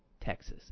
Texas